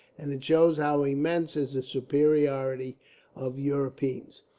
and it shows how immense is the superiority of europeans.